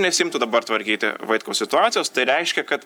nesiimtų dabar tvarkyti vaitkaus situacijos tai reiškia kad